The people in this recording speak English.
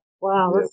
Wow